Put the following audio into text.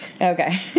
Okay